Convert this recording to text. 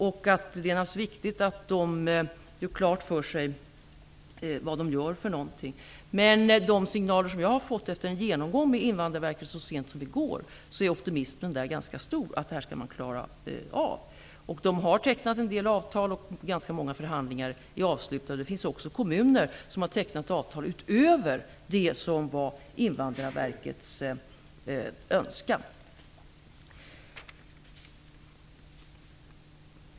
Det är naturligtvis viktigt att de gör klart för sig var de gör för någonting. Men de signaler som jag har fått efter en genomgång med Invandrarverket så sent som i går är att optimismen där är ganska stor, och man säger att man skall klara av detta. Invandrarverket har tecknat en del avtal, och ganska många förhandlingar är avslutade. Det finns också kommuner som har tecknat avtal utöver det som var Invandrarverkets önskan.